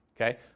Okay